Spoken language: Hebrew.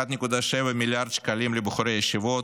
1.7 מיליארד שקלים לבחורי הישיבות,